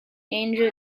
angle